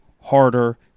harder